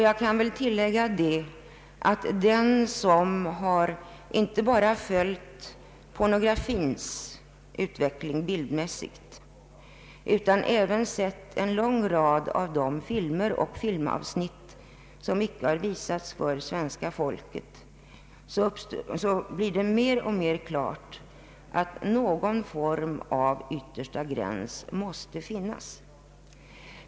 Jag kan tillägga att för den som inte bara har följt pornografins utveckling bildmässigt utan även sett en lång rad av de filmer och filmavsnitt som icke har visats för svenska folket står det mer och mer klart att någon form av yttersta gräns måste finnas.